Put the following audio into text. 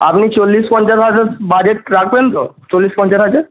আপনি চল্লিশ পঞ্চাশ হাজার বাজেট রাখবেন তো চল্লিশ পঞ্চাশ হাজার